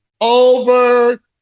Over